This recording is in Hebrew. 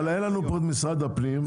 אבל אין פה נציג ממשרד הפנים.